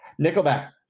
Nickelback